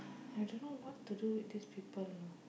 I don't know what to do with these people you know